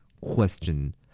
Question